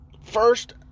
first